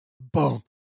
boom